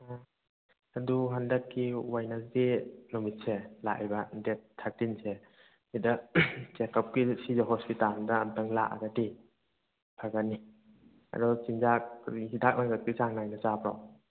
ꯎꯝ ꯑꯗꯨ ꯍꯟꯗꯛꯀꯤ ꯋꯥꯏꯅꯁꯗꯦ ꯅꯨꯃꯤꯠꯁꯦ ꯂꯥꯛꯏꯕ ꯗꯦꯠ ꯊꯥꯔꯇꯤꯟꯁꯦ ꯁꯤꯗ ꯆꯦꯛ ꯎꯞꯀꯤ ꯁꯤꯖꯥ ꯍꯣꯁꯄꯤꯇꯥꯟꯗ ꯑꯝꯇꯪ ꯂꯥꯛꯑꯒꯗꯤ ꯐꯒꯅꯤ ꯑꯗꯣ ꯆꯤꯟꯖꯥꯛ ꯀꯔꯤ ꯍꯤꯗꯥꯛ ꯂꯥꯡꯊꯛꯇꯤ ꯆꯥꯡ ꯅꯥꯏꯅ ꯆꯥꯕ꯭ꯔꯣ